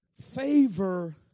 favor